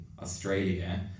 Australia